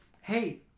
hey